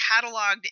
cataloged